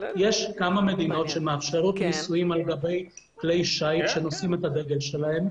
יש כמה מדינות שמאפשרות נישואים על גבי כלי שיט שנושאים את הדגל שלהן.